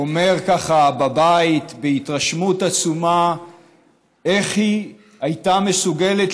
מדבר בבית בהתרשמות עצומה על איך היא הייתה מסוגלת